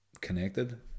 connected